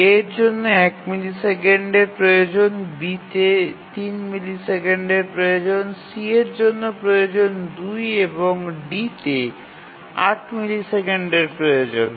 A এর জন্য ১ মিলি সেকেন্ডের প্রয়োজন B তে ৩ মিলি সেকেন্ডের প্রয়োজন C এর জন্য প্রয়োজন ২ এবং D তে ৮ মিলি সেকেন্ডের প্রয়োজন